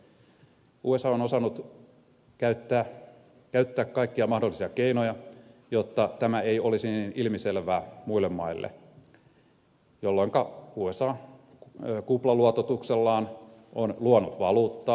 usa on osannut käyttää kaikkia mahdollisia keinoja jotta tämä ei olisi niin ilmiselvää muille maille jolloin usa kuplaluototuksellaan on luonut valuuttaa